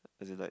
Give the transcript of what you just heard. as in like